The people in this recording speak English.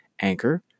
Anchor